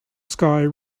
sky